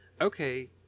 Okay